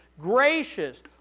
gracious